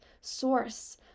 source